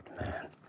man